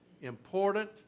important